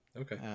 Okay